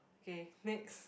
okay next